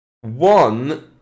one